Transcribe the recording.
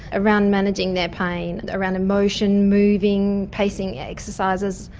around managing their pain, around emotion, moving, pacing exercises.